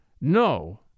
No